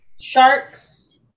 Sharks